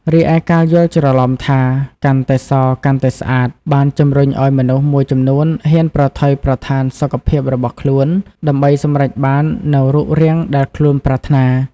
រីឯការយល់ច្រឡំថា "កាន់តែស កាន់តែស្អាត" បានជំរុញឱ្យមនុស្សមួយចំនួនហ៊ានប្រថុយប្រថានសុខភាពរបស់ខ្លួនដើម្បីសម្រេចបាននូវរូបរាងដែលខ្លួនប្រាថ្នា។